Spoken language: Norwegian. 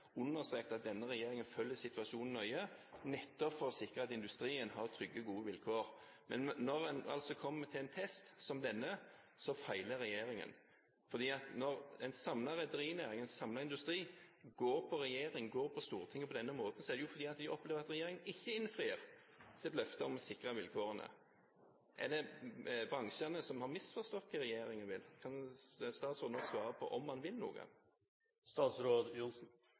at denne regjeringen følger situasjonen nøye nettopp for å sikre at industrien har trygge og gode vilkår. Men når man kommer til en test som denne, feiler regjeringen. For når en samlet rederinæring og en samlet industri går på regjeringen og Stortinget på denne måten, er det fordi de opplever at regjeringen ikke innfrir sitt løfte om å sikre vilkårene. Er det bransjene som har misforstått hva regjeringen vil? Kan statsråden svare på om han vil noe?